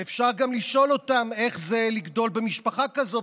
ואפשר גם לשאול אותם איך זה לגדול במשפחה כזאת,